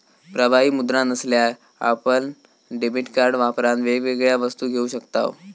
प्रवाही मुद्रा नसल्यार आपण डेबीट कार्ड वापरान वेगवेगळ्या वस्तू घेऊ शकताव